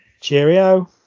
Cheerio